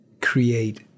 create